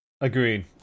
agreed